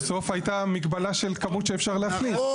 בסוף הייתה מגבלה של כמות שאפשר להכניס.